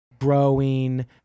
growing